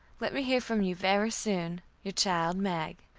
let me hear from you very soon. your child mag.